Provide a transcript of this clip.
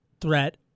threat